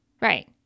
right